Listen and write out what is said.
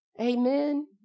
Amen